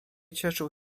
cieszył